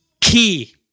key